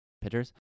pitchers